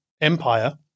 Empire